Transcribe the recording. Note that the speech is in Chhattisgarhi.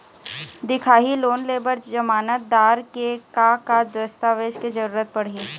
दिखाही लोन ले बर जमानतदार के का का दस्तावेज के जरूरत पड़ही?